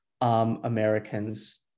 Americans